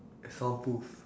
as soundproof